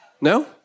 No